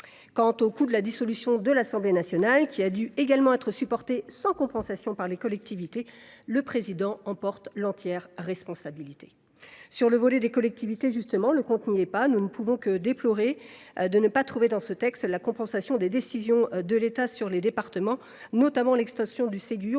Quant au coût de la dissolution de l’Assemblée nationale, qui a dû être supporté sans compensation par les collectivités, le Président de la République en porte l’entière responsabilité. Au chapitre des collectivités, justement, le compte n’y est pas. Nous ne pouvons que déplorer l’absence dans ce texte de compensation des décisions de l’État relatives aux départements, notamment l’extension du Ségur